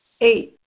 Eight